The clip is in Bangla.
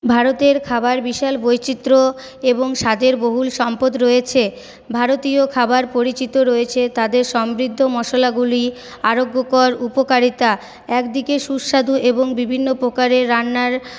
ভারতের খাবার বিশাল বৈচিত্র্য এবং স্বাদের বহুল সম্পদ রয়েছে ভারতীয় খাবার পরিচিত রয়েছে তাদের সমৃদ্ধ মশলাগুলি আরোগ্যকর উপকারিতা একদিকে সুস্বাদু এবং বিভিন্ন প্রকারের রান্নার